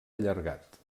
allargat